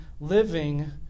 living